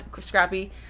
Scrappy